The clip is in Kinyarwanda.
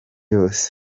yose